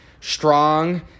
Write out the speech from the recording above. strong